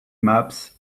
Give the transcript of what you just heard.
maps